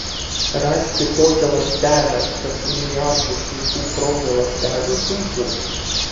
rasti tokią ląstelę tarp milijardų sveikų kraujo ląstelių sunku